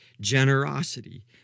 generosity